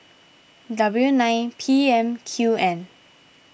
W nine P M Q N